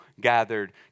gathered